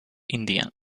india